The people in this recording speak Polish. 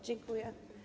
Dziękuję.